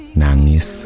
nangis